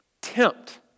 tempt